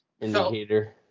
Indicator